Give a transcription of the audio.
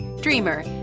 dreamer